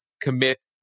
commit